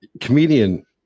comedian